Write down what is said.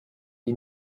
ihn